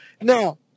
Now